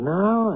now